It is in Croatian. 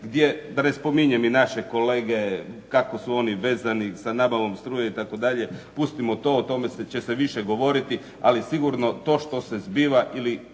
da ne spominjem naše kolege kako su oni vezani sa nabavom struje itd., pustimo to o tome će se više govoriti ali sigurno to što se zbiva ili